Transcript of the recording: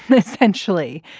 essentially.